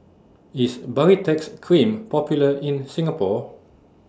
IS Baritex Cream Popular in Singapore